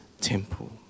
temple